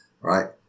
right